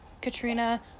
Katrina